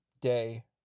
day